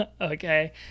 Okay